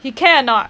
you care or not